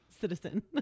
citizen